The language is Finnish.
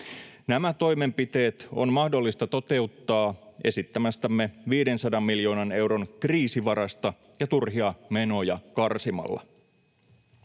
Nämä toimenpiteet on mahdollista toteuttaa esittämästämme 500 miljoonan euron kriisivarasta ja turhia menoja karsimalla.